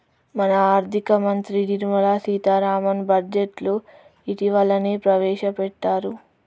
మన ఆర్థిక మంత్రి నిర్మల సీతారామన్ బడ్జెట్ను ఇటీవలనే ప్రవేశపెట్టారు